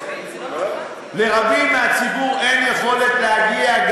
לרבים מהציבור אין יכולת להגיע,